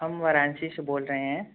हम वाराणसी से बोल रहे हैं